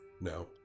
no